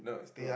oh